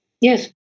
Yes